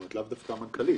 זה לאו דווקא למנכ"לית.